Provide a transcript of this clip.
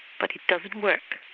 but it doesn't work.